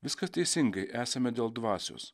viskas teisingai esame dėl dvasios